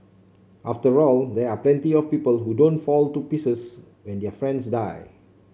after all there are plenty of people who don't fall to pieces when their friends die